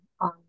on